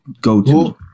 go-to